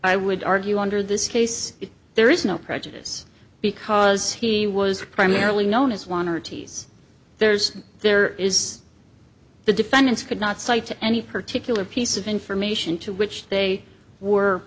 i would argue under this case there is no prejudice because he was primarily known as one or two yes there's there is the defendants could not cite any particular piece of information to which they were